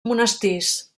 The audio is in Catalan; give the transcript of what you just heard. monestirs